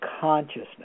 consciousness